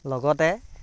লগতে